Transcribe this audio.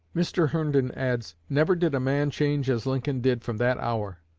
mr. herndon adds never did a man change as lincoln did from that hour.